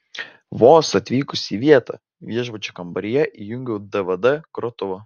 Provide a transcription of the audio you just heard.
vos atvykusi į vietą viešbučio kambaryje įjungiau dvd grotuvą